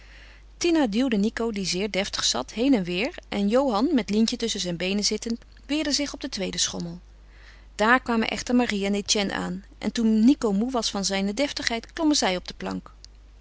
tina duwde nico die zeer deftig zat heen en weêr en johan met lientje tusschen zijn beenen zittend weerde zich op den tweeden schommel daar kwamen echter marie en etienne aan en toen nico moê was van zijne deftigheid klommen zij op de plank